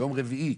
יום רביעי,